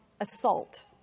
assault